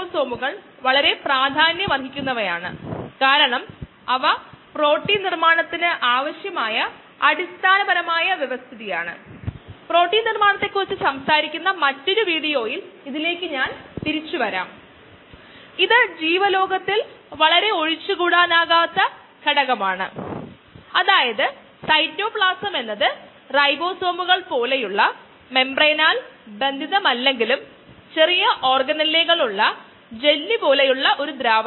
അതിനാൽ നമ്മൾ സൂക്ഷിക്കേണ്ടതുണ്ട് യഥാർത്ഥത്തിൽ x സീറോ എന്താണെന്നതിനെക്കുറിച്ച് നമുക്ക് വ്യക്തത ആവശ്യമാണ് കാരണം mu കോൺസ്റ്റന്റ് ആയിരിക്കുന്ന ഈ മോഡൽ മറ്റേതൊരു ഫേസിലേക്കും അല്ല ലോഗ് ഫേസിനു മാത്രമേ ബാധകമാകൂ